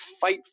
fight